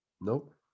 Nope